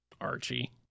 Archie